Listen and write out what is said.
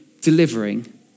delivering